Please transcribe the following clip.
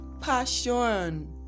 passion